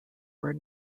were